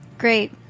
Great